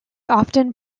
often